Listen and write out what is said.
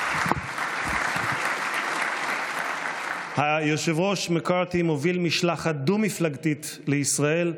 (מחיאות כפיים) היושב-ראש מקארתי מוביל משלחת דו-מפלגתית לישראל,